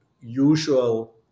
usual